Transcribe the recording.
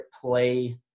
play